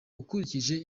ukurikije